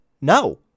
No